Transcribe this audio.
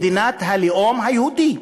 מדינת הלאום היהודי.